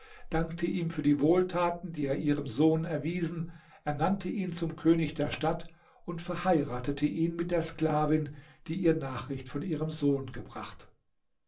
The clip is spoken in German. dankte ihm für die wohltaten die er ihrem sohn erwiesen ernannte ihn zum könig der stadt und verheiratete ihn mit der sklavin die ihr nachricht von ihrem sohn gebracht